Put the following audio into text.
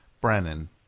Brennan